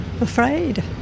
afraid